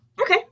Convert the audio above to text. Okay